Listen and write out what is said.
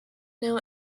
know